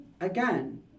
again